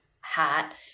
hat